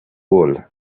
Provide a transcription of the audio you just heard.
wool